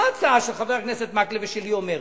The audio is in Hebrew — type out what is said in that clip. מה ההצעה של חבר הכנסת מקלב ושלי אומרת?